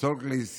ב-Salt Lake City